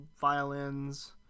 violins